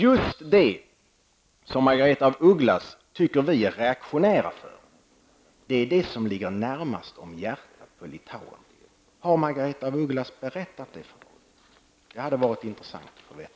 Just det som Margaretha af Ugglas tycker att vi är reaktionära för är det som ligger litauerna närmast om hjärtat. Har Margaretha af Ugglas berättat det för dem? Det hade varit intressant att få veta.